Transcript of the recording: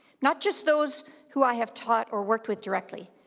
not just those who i have taught or worked with directly,